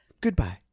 goodbye